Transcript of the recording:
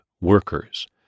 workers